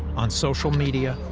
on social media,